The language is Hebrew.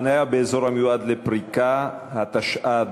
(חניה באזור המיועד לפריקה ולטעינה),